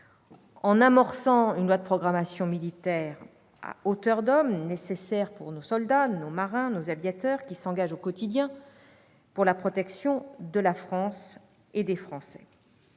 en amorçant une LPM à hauteur d'homme, nécessaire pour nos soldats, nos marins et nos aviateurs, qui s'engagent au quotidien pour la protection de la France et des Français.